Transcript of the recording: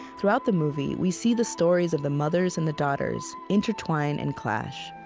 throughout the movie we see the stories of the mothers and the daughters intertwine and clash